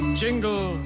jingle